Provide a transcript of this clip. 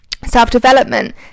self-development